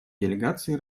делегации